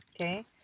Okay